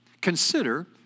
Consider